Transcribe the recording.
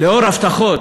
לאור הבטחות